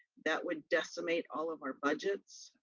that would decimate all of our budgets.